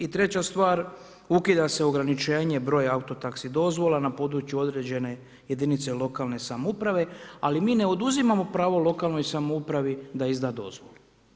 I treća stvar, ukida se ograničenje broja auto taxi dozvola na području određene jedinice lokalne samouprave ali mi ne oduzimamo pravo lokalnoj samoupravi da izda dozvolu.